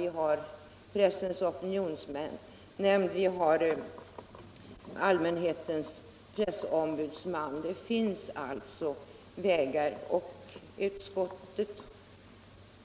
Vi har Pressens opinionsnämnd och vi har Allmänhetens pressombudsman. Det finns alltså vägaratt gå, och utskottet